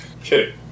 Okay